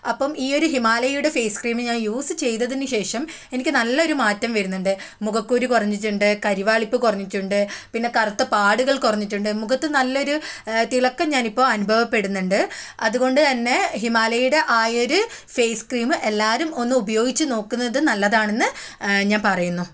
അപ്പം ഈ ഒരു ഹിമാലയയുടെ ഫേസ് ക്രീം ഞാൻ യൂസ് ചെയ്തതിനുശേഷം എനിക്ക് നല്ലൊരു മാറ്റം വരുന്നുണ്ട് മുഖക്കുരു കുറഞ്ഞിട്ടുണ്ട് കരുവാളിപ്പ് കുറഞ്ഞിട്ടുണ്ട് പിന്നെ കറുത്ത പാടുകൾ കുറഞ്ഞിട്ടുണ്ട് മുഖത്തു നല്ലൊരു തിളക്കം ഞാൻ ഇപ്പോൾ അനുഭവപ്പെടുന്നുണ്ട് അതുകൊണ്ടുതന്നെ ഹിമാലയയുടെ ആ ഒരു ഫേസ് ക്രീം എല്ലാവരും ഒന്ന് ഉപയോഗിച്ച് നോക്കുന്നത് നല്ലതാണെന്ന് ഞാൻ പറയുന്നു